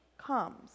comes